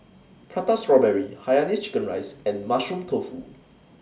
Prata Strawberry Hainanese Chicken Rice and Mushroom Tofu